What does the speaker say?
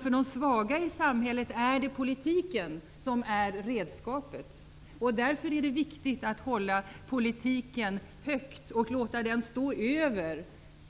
För de svaga i samhället är det politiken som är redskapet. Därför är det viktigt att hålla politiken högt och låta den stå över